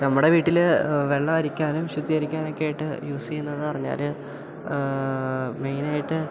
നമ്മുടെ വീട്ടിൽ വെള്ളം അരിക്കാനും ശുദ്ധീകരിക്കാനൊക്കെ ആയിട്ട് യൂസ് ചെയ്യുന്നത് എന്ന് പറഞ്ഞാൽ മെയ്നായിട്ട്